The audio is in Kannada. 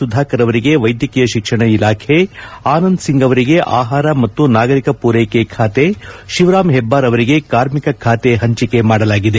ಸುಧಾಕರ್ ಅವರಿಗೆ ವೈದ್ಯಕೀಯ ಶಿಕ್ಷಣ ಇಲಾಖೆ ಆನಂದ್ ಸಿಂಗ್ ಆಹಾರ ಮತ್ತು ನಾಗರಿಕ ಪೂರೈಕೆ ಖಾತೆ ಶಿವರಾಮ್ ಹೆಬ್ಬಾರ್ ಅವರಿಗೆ ಕಾರ್ಮಿಕ ಖಾತೆ ಹಂಚಿಕೆ ಮಾಡಲಾಗಿದೆ